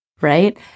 right